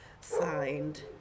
Signed